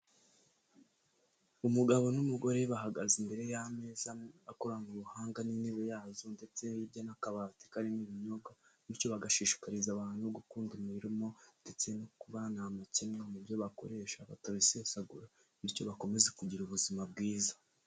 Umugabo n'umugore bahagaze imbere y'ameza akoranwe ubuhanga n'intebe yazo ndetse hirya n'akabati karimo ibinyobwa, bityo bagashishikariza abantu gukunda umurimo ndetse no kuba ntamakemwa mu byo bakoresha batabisesagura, bityo bakomeze kugira ubuzima bwiza.